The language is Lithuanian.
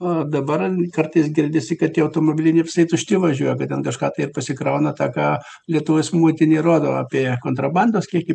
o dabar kartais girdisi kad tie automobiliai nevisai tušti važiuoja bet ten kažką tai pasikrauna ta ką lietuvos muitinė rodo apie kontrabandos kiekį padėjome prašei